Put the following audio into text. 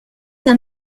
d’un